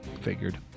Figured